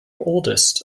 oldest